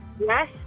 Yes